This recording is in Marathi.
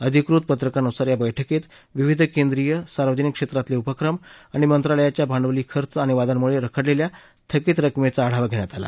अधिकृत पत्रकानुसार या बैठकीत विविध केन्द्रीय सार्वजनिक क्षेत्रातले उपक्रम आणि मंत्रालयांच्या भांडवली खर्च आणि वादांमुळे रखडलेल्या थकीत रकमेचा आढावा घेण्यात आला